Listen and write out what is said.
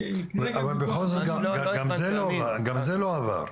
אבל, בכל זאת גם זה לא עבר.